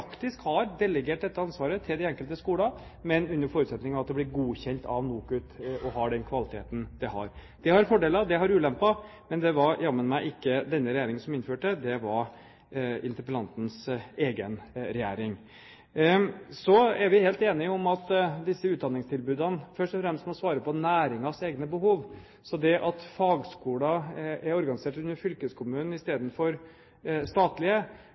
delegert dette ansvaret til de enkelte skolene, men under forutsetning av at det blir godkjent av NOKUT og har den kvaliteten det har. Det har fordeler, det har ulemper, men det var jammen ikke denne regjeringen som innførte det. Det var interpellantens egen regjering. Så er vi helt enige om at disse utdanningstilbudene først og fremst må svare på næringens egne behov. Det at fagskoler er organisert under fylkeskommunen istedenfor